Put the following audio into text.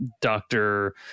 doctor